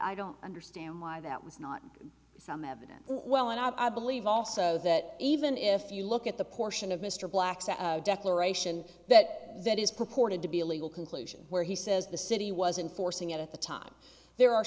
i don't understand why that was not some evidence well and i believe also that even if you look at the portion of mr black's declaration that that is purported to be a legal conclusion where he says the city was enforcing it at the time there are